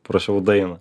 parašiau dainą